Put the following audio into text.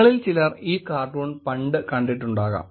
നിങ്ങളിൽ ചിലർ ഈ കാർട്ടൂൺ പണ്ട് കണ്ടിട്ടുണ്ടാകാം